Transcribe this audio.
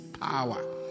power